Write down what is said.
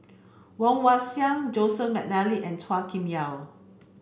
Woon Wah Siang Joseph Mcnally and Chua Kim Yeow